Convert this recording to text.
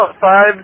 five